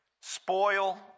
spoil